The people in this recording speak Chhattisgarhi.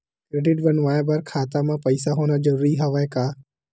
क्रेडिट बनवाय बर खाता म पईसा होना जरूरी हवय का?